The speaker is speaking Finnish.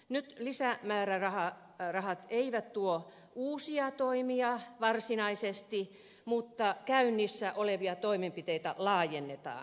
nyt lisämäärärahat eivät varsinaisesti tuo uusia toimia mutta käynnissä olevia toimenpiteitä laajennetaan